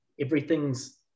everything's